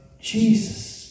Jesus